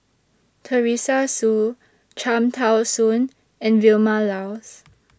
Teresa Hsu Cham Tao Soon and Vilma Laus